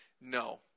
No